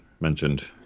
mentioned